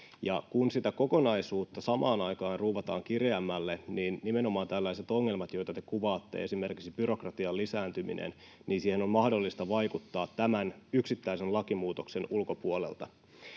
Kun sitä kokonaisuutta samaan aikaan ruuvataan kireämmälle, niin nimenomaan tällaisiin ongelmiin, joita te kuvaatte, esimerkiksi byrokratian lisääntymiseen, on mahdollista vaikuttaa tämän yksittäisen lakimuutoksen ulkopuolelta.